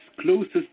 closest